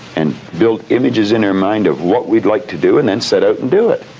and build images in our mind, of what we'd like to do, and then set out and do it.